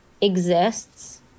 exists